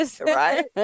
right